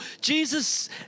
Jesus